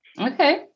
Okay